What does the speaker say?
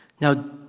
Now